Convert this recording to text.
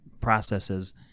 processes